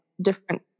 different